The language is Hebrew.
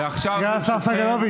ועכשיו ברשותכם,